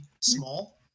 small